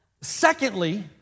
Secondly